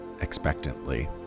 expectantly